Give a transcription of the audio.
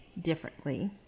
differently